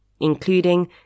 including